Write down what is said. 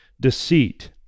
deceit